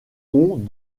ont